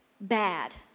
bad